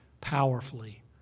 powerfully